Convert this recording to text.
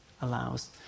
allows